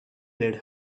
dead